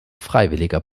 freiwilliger